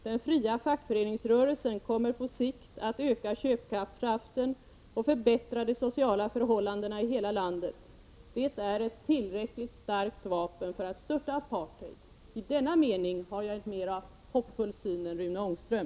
Den fria fackföreningsrörelsen kommer på sikt att öka köpkraften och förbättra de sociala förhållandena i hela landet. Det är ett tillräckligt starkt vapen för att störta apartheid.” I denna mening har jag en mer hoppfull syn än Rune Ångström.